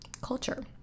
culture